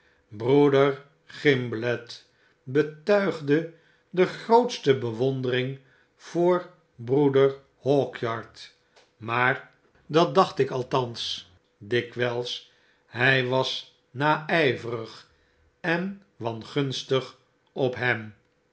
broeder gimblet betuigde de grootste bewondering voor broeder hawkyard maar datdacht ik althans dikwyls hy was naijverig en wangunstig op hem